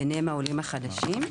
וביניהם העולים החדשים.